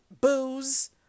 booze